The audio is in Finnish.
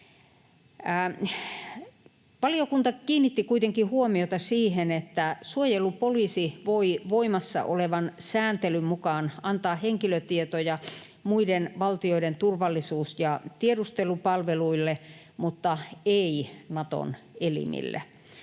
Valiokunta kiinnitti kuitenkin huomiota siihen, että suojelupoliisi voi voimassa olevan sääntelyn mukaan antaa henkilötietoja muiden valtioiden turvallisuus- ja tiedustelupalveluille mutta ei Naton elimille,